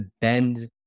bend